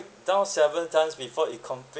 down several times before it completely